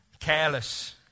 Careless